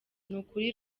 nukuri